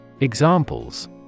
Examples